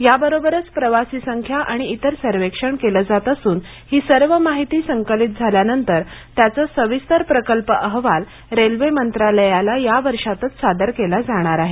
याबरोबरच प्रवासी संख्या आणि इतर सर्वेक्षण केलं जात असून ही सर्व माहिती संकलित झाल्यानंतर त्याचा सविस्तर प्रकल्प अहवाल रेल्वे मंत्रालयाला या वर्षातच सादर केला जाणार आहे